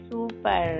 Super